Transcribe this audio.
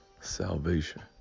salvation